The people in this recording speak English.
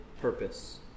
purpose